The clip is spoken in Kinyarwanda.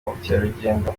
ubukerarugendo